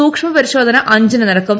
സൂക്ഷ്മ പരിശോധന അഞ്ചിനു ്നടക്കും